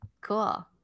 cool